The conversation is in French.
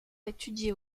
étudier